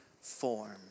form